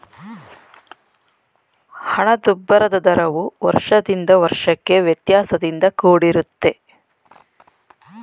ಹಣದುಬ್ಬರದ ದರವು ವರ್ಷದಿಂದ ವರ್ಷಕ್ಕೆ ವ್ಯತ್ಯಾಸದಿಂದ ಕೂಡಿರುತ್ತೆ